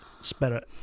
spirit